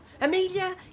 Amelia